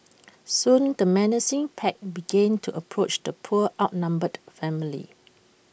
soon the menacing pack began to approach the poor outnumbered family